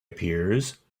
appears